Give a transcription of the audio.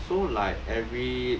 so like every